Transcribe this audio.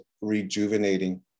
rejuvenating